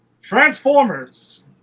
Transformers